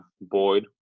Boyd